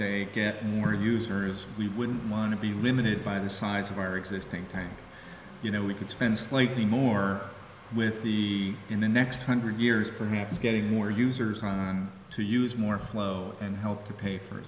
someday get more users we wouldn't want to be limited by the size of our existing tank you know we could spend slightly more with the in the next hundred years perhaps getting more users on to use more flow and help to pay for